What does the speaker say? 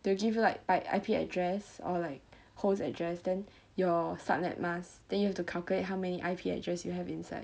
they will give you like by I_P address or like host address then your subnet mask then you have to calculate how many I_P address you have inside